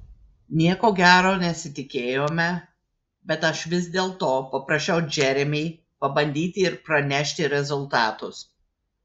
nieko gero nesitikėjome bet aš vis dėlto paprašiau džeremį pabandyti ir pranešti rezultatus